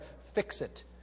fix-it